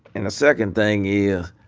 and the second thing is